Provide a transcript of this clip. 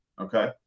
okay